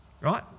Right